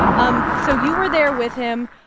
and um so you were there with him.